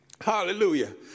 Hallelujah